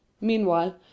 Meanwhile